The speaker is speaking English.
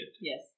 Yes